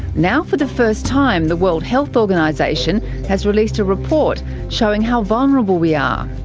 now for the first time the world health organisation has released a report showing how vulnerable we are.